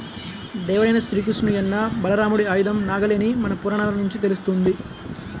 దేవుడైన శ్రీకృష్ణుని అన్న బలరాముడి ఆయుధం నాగలి అని మన పురాణాల నుంచి తెలుస్తంది